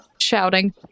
shouting